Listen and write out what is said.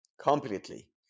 completely